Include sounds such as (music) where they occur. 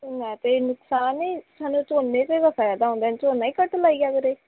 ਮੈਂ ਤਾਂ ਨੁਕਸਾਨ ਹੀ ਹੁਣ ਝੋਨੇ 'ਚ ਤਾਂ ਫਾਇਦਾ ਹੁੰਦਾ ਝੋਨਾ ਹੀ ਘੱਟ ਲਾਈ ਜਾਵੇ (unintelligible)